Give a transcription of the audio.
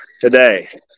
today